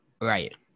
right